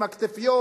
עם הכתפיות,